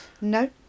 No